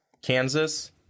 Kansas